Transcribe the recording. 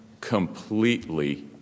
completely